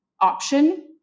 option